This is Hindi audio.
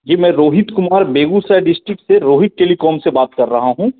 जी मैं रोहित कुमार बेगूसराय डिस्टिक से रोहित टेलीकॉम से बात कर रहा हूँ